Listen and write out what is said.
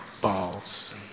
balls